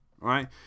Right